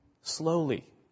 slowly